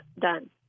done